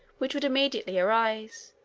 which would immediately arise,